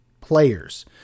players